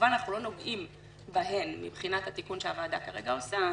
שכמובן אנחנו לא נוגעים בהן מבחינת התיקון שהוועדה כרגע עושה.